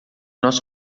nós